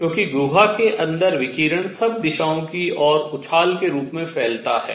क्योंकि गुहा के अंदर विकिरण सब दिशांओं की और उछाल के रूप में फैलता है